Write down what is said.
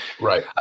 Right